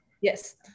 Yes